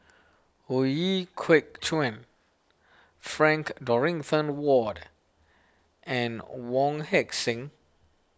Ooi Kok Chuen Frank Dorrington Ward and Wong Heck Sing